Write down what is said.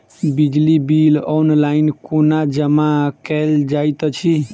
बिजली bill online कोना जमा कएल जाइत अछि?